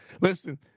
Listen